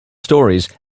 stories